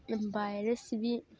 virus बी